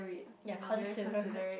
ya consider